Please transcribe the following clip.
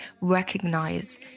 recognize